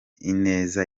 ineza